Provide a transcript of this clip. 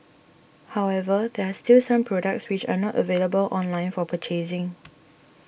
however there are still some products which are not available online for purchasing